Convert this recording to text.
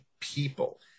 people